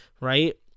right